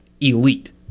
Elite